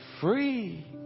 free